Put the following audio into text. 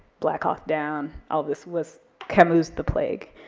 black hawk down, all this was camus' the plague,